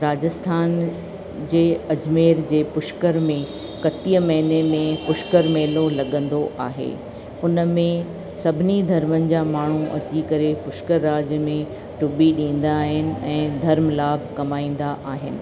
राजस्थान जे अजमेर जे पुष्कर में कतीअ महीने में पुष्कर मेलो लॻंदो आहे हुन में सभिनी धर्मनि जा माण्हू अची करे पुष्कर राज्य में टुबी ॾींदा आहिनि ऐं धर्म लाभ कमाईंदा आहिनि